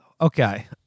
okay